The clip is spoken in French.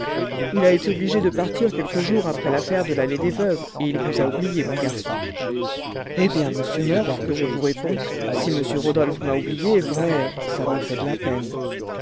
il a été obligé de partir quelques jours après l'affaire de l'allée des veuves et il vous a oublié mon garçon eh bien monsieur murph que je vous réponds si m rodolphe m'a oublié vrai ça me fait de la peine